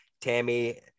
Tammy